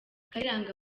kayiranga